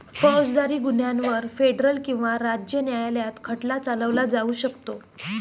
फौजदारी गुन्ह्यांवर फेडरल किंवा राज्य न्यायालयात खटला चालवला जाऊ शकतो